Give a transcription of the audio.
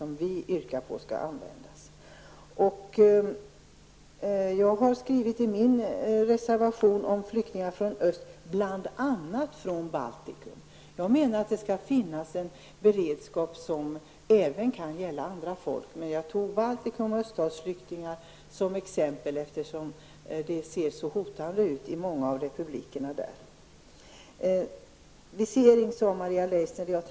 I min reservation om flyktingar från öst har jag nämnt flyktingar från t.ex. Baltikum. Jag menar att det skall finnas en beredskap som även kan gälla andra folk, men jag tog Baltikum och öststatsflyktingar som exempel, eftersom det ser så hotande ut i republikerna där. Maria Leissner tog upp viseringar.